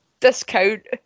discount